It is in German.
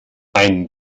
ein